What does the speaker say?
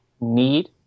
need